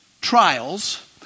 trials